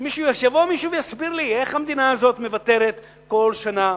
שיבוא מישהו ויסביר לי איך המדינה הזאת מוותרת כל שנה.